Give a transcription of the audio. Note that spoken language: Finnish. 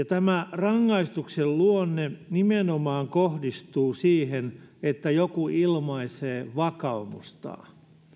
tämä rangaistuksen luonne nimenomaan kohdistuu siihen että joku ilmaisee vakaumustaan